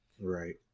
Right